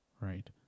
right